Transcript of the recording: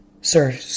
sir